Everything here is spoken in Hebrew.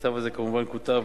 המכתב הזה כמובן כותב